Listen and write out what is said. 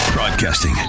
Broadcasting